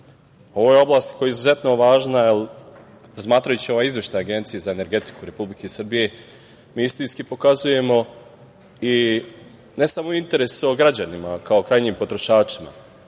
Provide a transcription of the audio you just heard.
je oblast koja je izuzetno važna, jer razmatrajući ovaj izveštaj Agencije za energetiku Republike Srbije, mi istinski pokazujemo i ne samo interes o građanima kao krajnjim potrošačima,